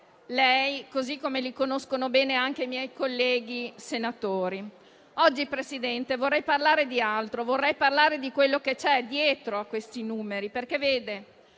lei, così come li conoscono bene anche i miei colleghi senatori. Oggi vorrei parlare di altro, vorrei parlare di quello che c'è dietro a questi numeri, perché non